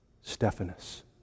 Stephanus